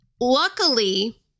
luckily